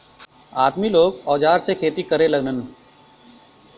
आदमी लोग औजार से खेती करे लगलन